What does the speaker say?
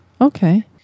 Okay